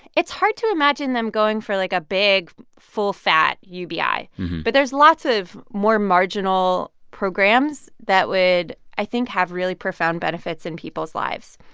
it's hard to imagine them going for, like, a big, full-fat ubi. but there's lots of more marginal programs that would, i think, have really profound benefits in people's lives.